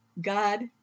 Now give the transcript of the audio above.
God